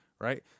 right